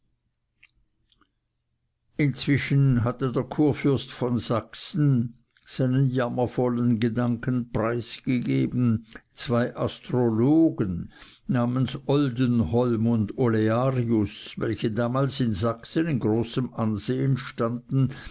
inzwischen hatte der kurfürst von sachsen seinen jammervollen gedanken preisgegeben zwei astrologen namens oldenholm und olearius welche damals in sachsen in großem ansehen standen